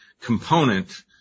component